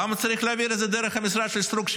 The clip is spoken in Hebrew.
למה צריך להעביר את זה דרך המשרד של סטרוק?